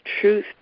truth